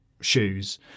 shoes